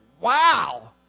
wow